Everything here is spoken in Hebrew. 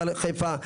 "חברת נמל חיפה",